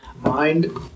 Mind